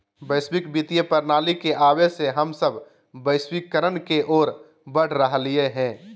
वैश्विक वित्तीय प्रणाली के आवे से हम सब वैश्वीकरण के ओर बढ़ रहलियै हें